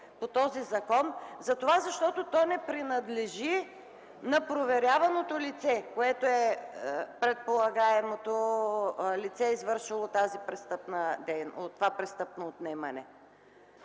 по този закон, защото то не принадлежи на проверяваното лице, което е предполагаемото лице, извършило престъпното отнемане.